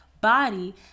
body